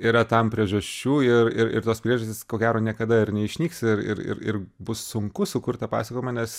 yra tam priežasčių ir ir ir tos priežastys ko gero niekada ir neišnyks ir ir ir ir bus sunku sukurt tą pasakojimą nes